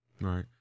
Right